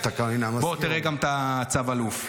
בוא תראה גם את צו האלוף.